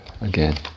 again